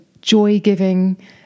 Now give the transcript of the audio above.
joy-giving